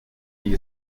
die